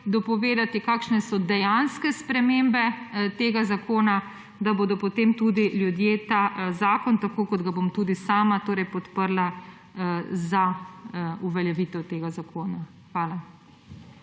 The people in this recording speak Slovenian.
dopovedati, kakšne so dejanske spremembe tega zakona, da bodo potem tudi ljudje ta zakon podprli, tako kot ga bom tudi sama podprla, za uveljavitev tega zakona. Hvala.